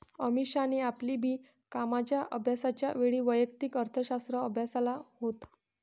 अमीषाने आपली बी कॉमच्या अभ्यासाच्या वेळी वैयक्तिक अर्थशास्त्र अभ्यासाल होत